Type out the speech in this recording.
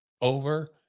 over